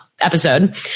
episode